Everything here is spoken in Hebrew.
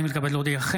אני מתכבד להודיעכם,